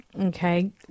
Okay